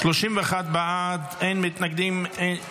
31 בעד, אין מתנגדים, אין נמנעים.